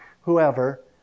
whoever